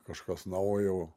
kažkas naujo